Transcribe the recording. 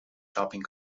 shopping